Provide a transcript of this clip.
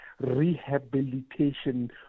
rehabilitation